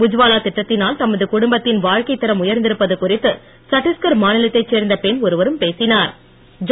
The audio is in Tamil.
உத்வாலா திட்டத்திலுல் தமது குடும்பத்தின் வாழ்க்கைத்தரம் உயர்ந்திருப்பது குறித்து சட்டீஸ்கர் மாநிலத்தைச் சேர்ந்த பெண் ஒருவரும் பேசிஞர்